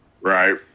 Right